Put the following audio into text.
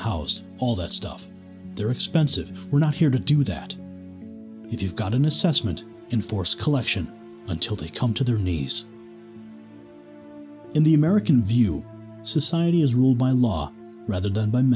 housed all that stuff they're expensive we're not here to do that if you've got an assessment in force collection until they come to their knees in the american view society is ruled by law rather than